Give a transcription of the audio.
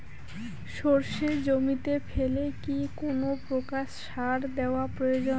সর্ষে জমিতে ফেলে কি কোন প্রকার সার দেওয়া প্রয়োজন?